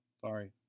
Sorry